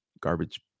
garbage